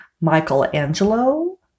Michelangelo